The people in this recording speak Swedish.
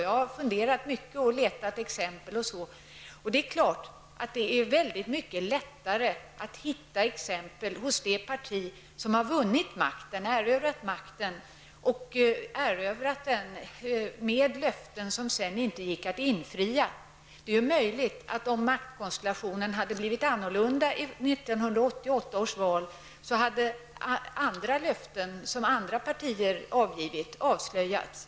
Jag har funderat mycket över det här och letat efter exempel. Det är klart att det är mycket lättare att hitta exempel hos det parti som har erövrat makten, och gjort detta med löften som det sedan inte gick att infria. Om maktkonstellationen hade blivit annorlunda i 1988 års val, så är det möjligt att andra löften, som andra partier avgivit, hade avslöjats.